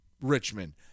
Richmond